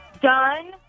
Done